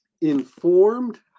informed